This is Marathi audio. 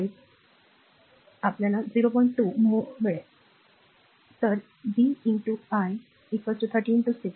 2 mhoकारण परस्परसंबंध तर v i 30 6